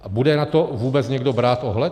A bude na to vůbec někdo brát ohled?